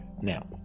Now